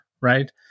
right